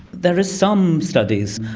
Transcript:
there are some studies,